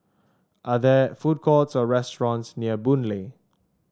are there food courts or restaurants near Boon Lay